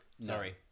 Sorry